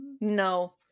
No